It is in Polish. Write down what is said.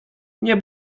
nie